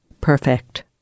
perfect